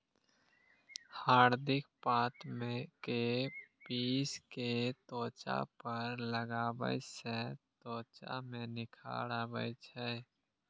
हरदिक पात कें पीस कें त्वचा पर लगाबै सं त्वचा मे निखार आबै छै